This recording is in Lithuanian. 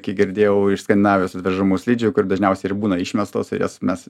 kiek girdėjau iš skandinavijos atvežamų slidžių kur dažniausiai ir būna išmestos ir jas mes